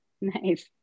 Nice